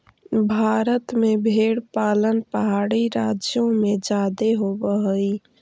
भारत में भेंड़ पालन पहाड़ी राज्यों में जादे होब हई